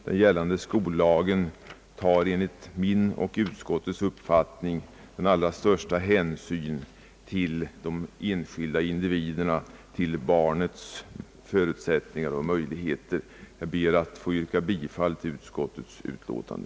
Den gällande skollagen tar enligt min och utskottets uppfattning den allra största hänsyn till de enskilda individerna, till barnens förutsättningar och möjligheter. Jag ber, herr talman, att få yrka bifall till utskottets utlåtande.